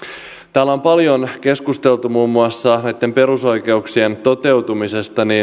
täällä on paljon keskusteltu muun muassa näitten perusoikeuksien toteutumisesta